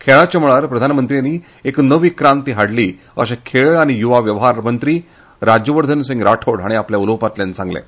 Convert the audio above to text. खेळा मळार प्रधानमंत्र्यानी एक नवी क्रांती हाडली अशें खेळ आनी यूवा वेव्हार मंत्री राज्यवर्धन राठोड हांणी आपल्या उलोवपांत सांगलें